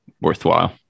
worthwhile